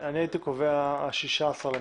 הייתי קובע ה-16 במארס.